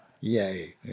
Yay